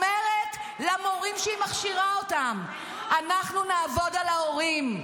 אומרת למורים שהיא מכשירה: אנחנו נעבוד על ההורים,